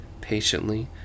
patiently